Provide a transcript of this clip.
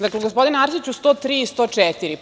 Dakle, gospodine Arsiću, čl. 103. i 104.